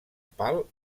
pal